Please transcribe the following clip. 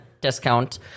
discount